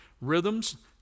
rhythms